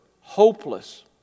hopeless